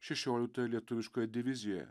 šešioliktoje lietuviškoje divizijoje